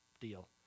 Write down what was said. deal